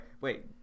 Wait